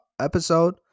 episode